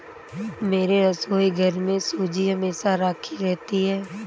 मेरे रसोईघर में सूजी हमेशा राखी रहती है